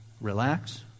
relax